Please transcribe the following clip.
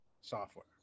software